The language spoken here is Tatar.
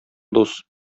дус